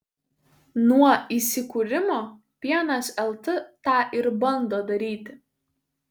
nuo įsikūrimo pienas lt tą ir bando daryti